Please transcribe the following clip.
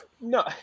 no